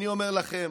אני אומר לכם,